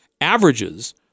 averages